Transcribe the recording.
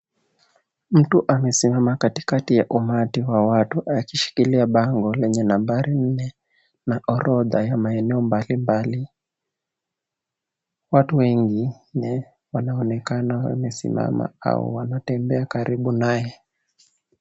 Mtu amesimama katikati ya umati wa watu akishikilia bango lenye nambari nne na orodha ya maeneo mbalimbali. Watu wengine wanaonekana wamesimama au wanatembea karibu naye.